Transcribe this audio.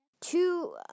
two